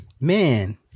Man